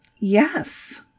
Yes